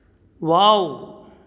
wow